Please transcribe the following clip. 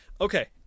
Okay